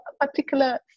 particular